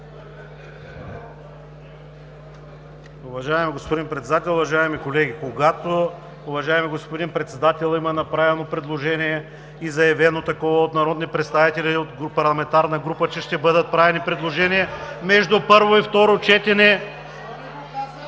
Уважаеми господин Председател, уважаеми колеги! Когато, уважаеми господин Председател, има направено предложение и заявено такова от народни представители от парламентарна група, че ще бъдат правени предложения между първо и второ четене…